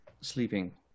sleeping